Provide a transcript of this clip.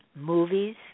movies